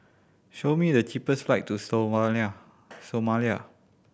show me the cheapest flights to Somalia